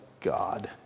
God